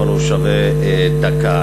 אבל הוא שווה דקה.